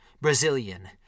Brazilian